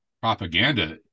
propaganda